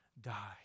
die